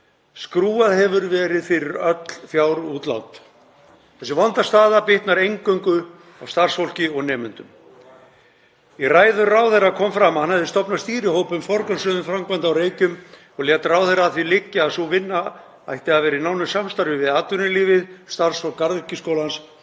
Skrúfað hefur verið fyrir öll fjárútlát. Þessi vonda staða bitnar eingöngu á starfsfólki og nemendum. Í ræðu ráðherra kom fram að hann hefði stofnað stýrihóp um forgangsröðun framkvæmda á Reykjum og lét að því liggja að sú vinna ætti að vera í nánu samstarfi við atvinnulífið, starfsfólk Garðyrkjuskólans